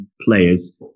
players